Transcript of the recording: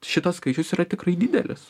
šitas skaičius yra tikrai didelis